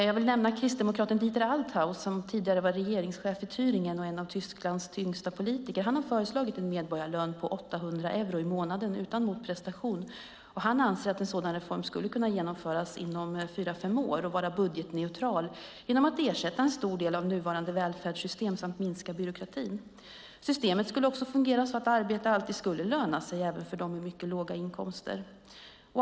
Jag vill nämna kristdemokraten Dieter Althaus, som tidigare var regeringschef i Thüringen och en av Tysklands tyngsta politiker. Han har föreslagit en medborgarlön på 800 euro i månaden utan motprestation. Han anser att en sådan reform skulle kunna genomföras inom fyra fem år och vara budgetneutral genom att den ersätter en stor del av de nuvarande välfärdssystemen och minskar byråkratin. Systemet skulle också fungera så att arbete alltid skulle löna sig även för dem med mycket låga inkomster.